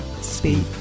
speak